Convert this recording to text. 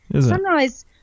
Sunrise